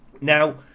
Now